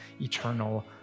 eternal